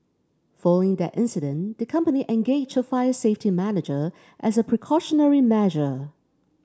following that incident the company engaged a fire safety manager as a precautionary measure